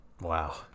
Wow